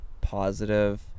positive